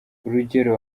urugero